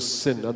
sin